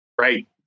Right